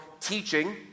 teaching